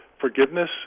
forgiveness